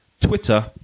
Twitter